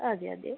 അതെ അതെ